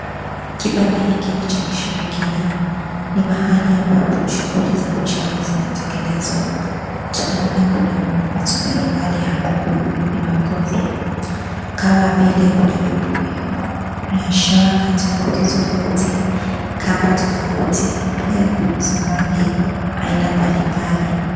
Kibanda hiki nicha kiushirikina, Ni mahali ambapo shughuli za uchawi zinatekelezwa, tunaona Kuna picha mbali mbali zinazo ogofya kama vile, Kuna vibuyu, Kuna shanga tofauti tofauti ,Kuna kamba tofauti, pia nguvu za rangi aina mbalimbali.